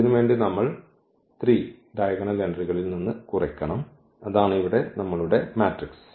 അതിനുവേണ്ടി നമ്മൾ 3 ഡയഗണൽ എൻട്രികളിൽ നിന്ന് കുറയ്ക്കണം അതാണ് ഇവിടെ നമ്മളുടെ മാട്രിക്സ്